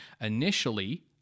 Initially